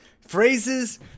phrases